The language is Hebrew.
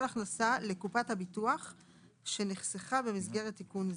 הכנסה לקופת הביטוח שנחסרה במסגרת תיקון זה.